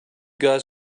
guys